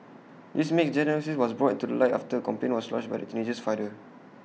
this misdiagnosis was brought to light after A complaint was lodged by the teenager's father